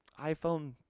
iPhone